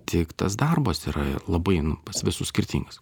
tik tas darbas yra labai nu pas visus skirtingas